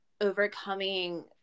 overcoming